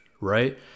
right